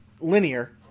linear